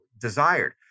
desired